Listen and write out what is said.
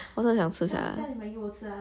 我是很想吃 sia